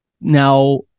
Now